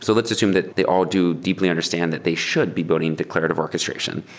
so let's assume that they all do deeply understand that they should be building declarative orchestration.